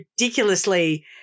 ridiculously